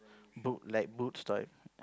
boot like boots types